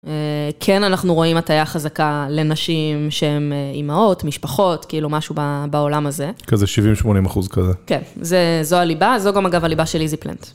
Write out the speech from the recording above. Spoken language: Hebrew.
כן, אנחנו רואים הטייה החזקה לנשים שהן אימהות, משפחות, כאילו משהו בעולם הזה. כזה 70-80 אחוז כזה. כן, זו הליבה, זו גם אגב הליבה של איזי פלנט.